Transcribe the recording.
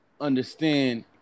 understand